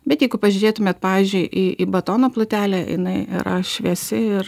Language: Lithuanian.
bet jeigu pažiūrėtumėt pavyzdžiui į į batono plutelę jinai yra šviesi ir